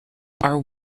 are